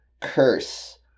curse